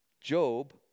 Job